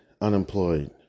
unemployed